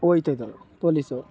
ಹೋಯ್ತು ಅದು ಪೋಲಿಸು